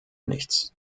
nichts